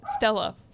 Stella